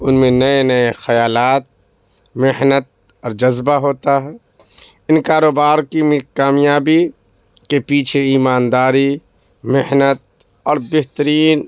ان میں نئے نئے خیالات محنت اور جذبہ ہوتا ہے ان کاروبار کی کامیابی کے پیچھے ایمانداری محنت اور بہترین